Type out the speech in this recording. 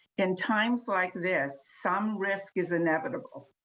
in times like this some risk is inevitable.